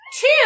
Two